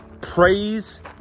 praise